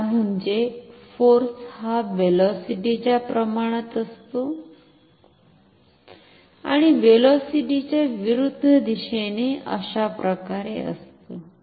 त्या म्हणजे फोर्स हा व्हेलॉसिटी च्या प्रमाणात असतो आणि व्हेलॉसिटी च्या विरुद्ध दिशेने अशाप्रकारे असतो